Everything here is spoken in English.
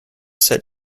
set